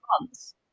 months